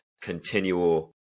continual